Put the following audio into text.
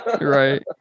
right